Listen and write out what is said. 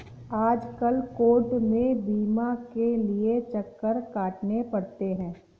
आजकल कोर्ट में बीमा के लिये चक्कर काटने पड़ते हैं